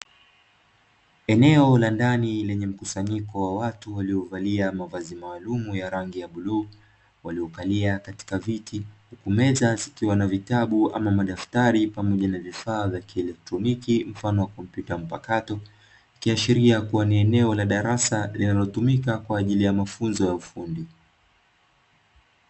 Eneo la ndani lenye mkusanyiko wa watu; waliovalia mavazi maalumu ya rangi ya bluu, waliokalia katika viti huku meza zikiwa na vitabu ama madaftari pamoja na vifaa vya kielektroniki, mfano wa kompyuta mpakato, ikiashiria kuwa ni eneo la darasa linalotumika kwa ajili ya mafunzo ya ufundi.